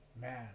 Man